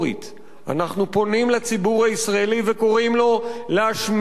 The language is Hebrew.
אנחנו פונים לציבור הישראלי וקוראים לו להשמיע את קולו,